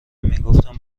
میگفتم